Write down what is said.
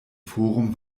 forum